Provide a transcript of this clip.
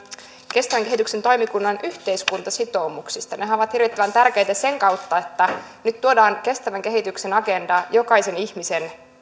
kestävän kehityksen toimikunnan yhteiskuntasitoumuksista nehän ovat hirvittävän tärkeitä sen kautta että nyt tuodaan kestävän kehityksen agenda jokaisen ihmisen